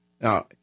now